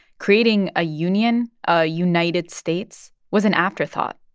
creating a union, a united states, was an afterthought.